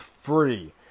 free